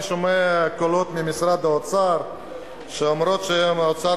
אני שומע קולות ממשרד האוצר - אומרים שהאוצר